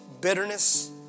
bitterness